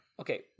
Okay